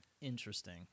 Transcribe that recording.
Interesting